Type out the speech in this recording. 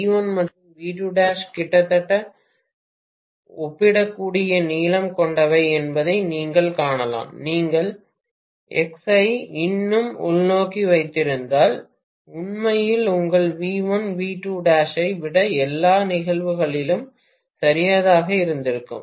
V1 மற்றும் V'2 கிட்டத்தட்ட ஒப்பிடக்கூடிய நீளம் கொண்டவை என்பதை நீங்கள் காணலாம் நீங்கள் x ஐ இன்னும் உள்நோக்கி வைத்திருந்தால் உண்மையில் உங்கள் V1 V'2 ஐ விட எல்லா நிகழ்தகவுகளிலும் சிறியதாக இருந்திருக்கும்